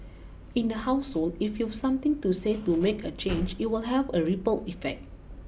in the household if you something to say to make a change it will have a ripple effect